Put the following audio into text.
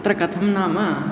तत्र कथं नाम